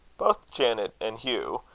both janet and hugh,